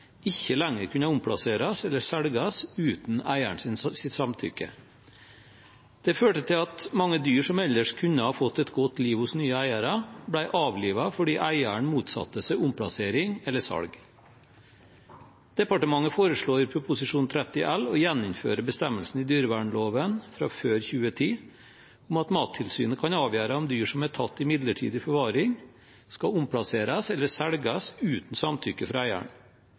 ikke lenger kunne omplasseres eller selges uten eierens samtykke. Det førte til at mange dyr som ellers kunne ha fått et godt liv hos nye eiere, ble avlivet fordi eieren motsatte seg omplassering eller salg. Departementet foreslår i Prop. 30 L for 2017–2018 å gjeninnføre bestemmelsen i dyrevernloven fra før 2010 om at Mattilsynet kan avgjøre om dyr som er tatt i midlertidig forvaring, skal omplasseres eller selges uten samtykke fra eieren.